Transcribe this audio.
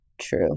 True